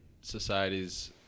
societies